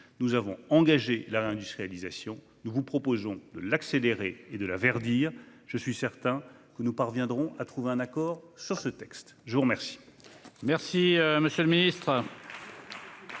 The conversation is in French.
Nous avons engagé la réindustrialisation : nous vous proposons de l'accélérer et de la verdir. Je suis certain que nous parviendrons à trouver un accord sur ce texte. La parole